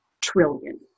trillion